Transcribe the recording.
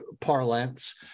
parlance